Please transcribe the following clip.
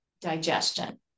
digestion